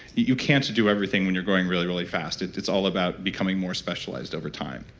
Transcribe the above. you can't do everything when you're growing really, really fast. it's it's all about becoming more specialized over time.